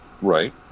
Right